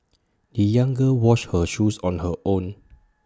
the young girl washed her shoes on her own